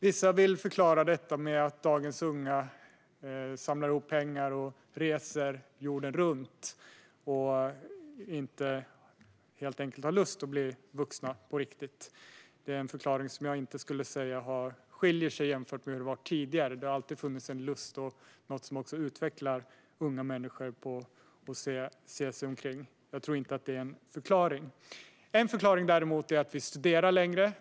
Vissa vill förklara detta med att dagens unga samlar ihop pengar, reser jorden runt och helt enkelt inte har lust att bli vuxna på riktigt. Det är något jag inte skulle säga skiljer sig från hur det var tidigare; det har alltid funnits en lust hos unga människor att se sig omkring, och det är något som också är utvecklande. Jag tror inte att det är en förklaring. En förklaring är däremot att vi studerar längre.